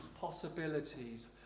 possibilities